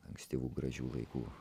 ankstyvų gražių laikų